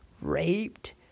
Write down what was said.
raped